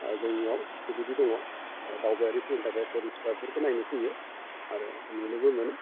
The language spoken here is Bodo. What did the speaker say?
जोंनियाव बेबायदि दङ दावबायारिफोरनि थाखाय टुरिस्ट स्प'टफोरखौ नायनो फैयो आरो नुनोबो मोनो